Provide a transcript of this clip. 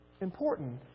important